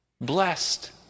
Blessed